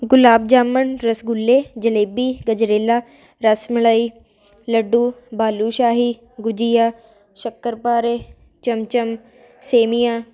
ਗੁਲਾਬ ਜਾਮਨ ਰਸਗੁੱਲੇ ਜਲੇਬੀ ਗਜਰੇਲਾ ਰਸ ਮਲਾਈ ਲੱਡੂ ਬਾਲੂ ਸ਼ਾਹੀ ਗੁਜੀਆ ਸ਼ਕਰਪਾਰੇ ਚਮ ਚਮ ਸੇਵੀਆਂ